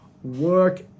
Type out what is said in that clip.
work